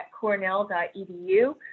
cornell.edu